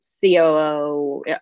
COO